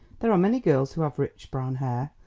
there are many girls who have rich brown hair,